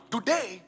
Today